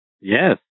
Yes